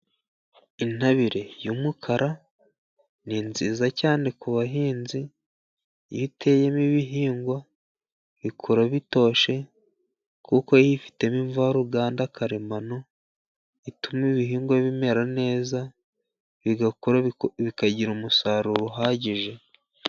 Intabire y'umukara ni nziza cyane ku bahinzi, iyo iteyemo ibihingwa bikura bitoshye, kuko yifitemo imvaruganda karemano ituma ibihingwa bimera neza, bikagira umusaruro uhagije.